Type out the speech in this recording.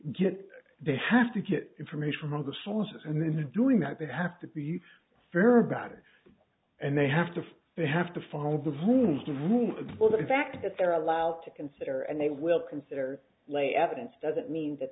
get they have to get information from other sources and then to doing that they have to be fair about it and they have to they have to follow the rules the rule book in fact that they're allowed to consider and they will consider lay evidence doesn't mean that